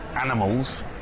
animals